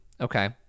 Okay